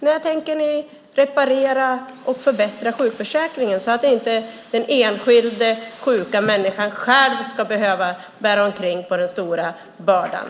När tänker ni reparera och förbättra sjukförsäkringen så att inte den enskilda, sjuka människan själv ska behöva bära omkring på den stora bördan?